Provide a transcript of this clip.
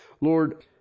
Lord